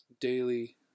daily